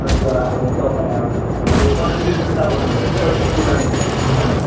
अन्त अब तर त्यो जुत्ता बनाउँदा चाहिँ अलिक पुरानो देख्छ होला